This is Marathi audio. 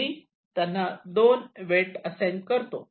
मी यांना 2 वेट असाइन करतो